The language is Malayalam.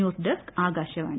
news desk Akashvani